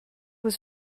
was